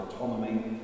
autonomy